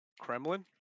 Kremlin